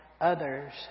others